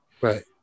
right